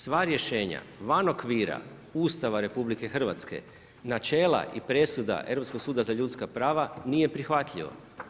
Sva rješenja van okvira Ustava RH, načela i presuda Europskog suda za ljudska prava nije prihvatljivo.